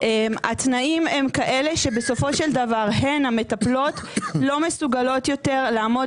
התנאים הם כאלה שבסופו של דבר הן המטפלות לא מסוגלות יותר לעמוד